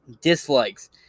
dislikes